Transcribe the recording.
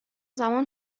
زمان